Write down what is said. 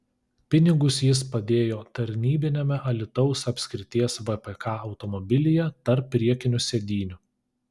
pinigus jis padėjo tarnybiniame alytaus apskrities vpk automobilyje tarp priekinių sėdynių